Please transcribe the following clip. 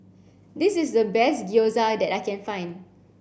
this is the best Gyoza that I can find